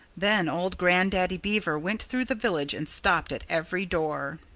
then old grandaddy beaver went through the village and stopped at every door.